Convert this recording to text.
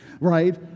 right